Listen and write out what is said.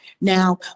Now